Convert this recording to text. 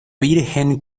virgen